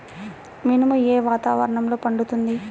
మినుము ఏ వాతావరణంలో పండుతుంది?